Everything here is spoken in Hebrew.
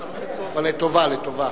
אבל, לטובה.